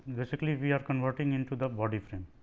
basically we are converting into the body frame.